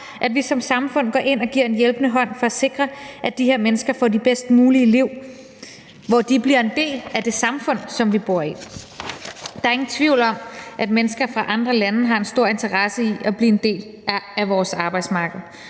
at vi som samfund går ind og giver en hjælpende hånd for at sikre, at de her mennesker får det bedst mulige liv, hvor de bliver en del af det samfund, som vi bor i. Der er ingen tvivl om, at mennesker fra andre lande har en stor interesse i at blive en del af vores arbejdsmarked,